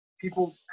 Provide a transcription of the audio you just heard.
people